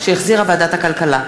שהחזירה ועדת הכלכלה.